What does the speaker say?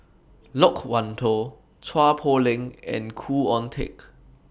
Loke Wan Tho Chua Poh Leng and Khoo Oon Teik